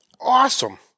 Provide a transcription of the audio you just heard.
Awesome